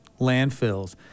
landfills